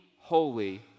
holy